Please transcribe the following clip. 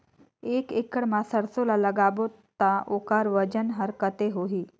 एक एकड़ मा सरसो ला लगाबो ता ओकर वजन हर कते होही?